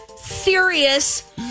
serious